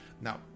Now